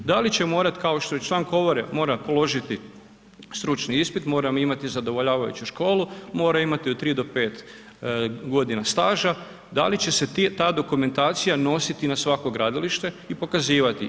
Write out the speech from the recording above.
Da li će morati, kao što član komore mora položiti stručni ispit, mora imati zadovoljavajuću školu, mora imati od 3-5 godina staža, da li će se ta dokumentacija nositi na svako gradilište i pokazivati.